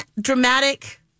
dramatic